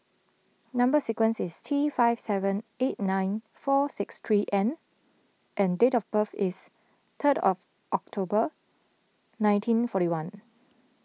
Number Sequence is T five seven eight nine four six three N and date of birth is third of October nineteen forty one